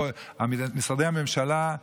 משרדי הממשלה,